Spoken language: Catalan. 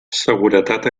seguretat